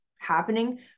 happening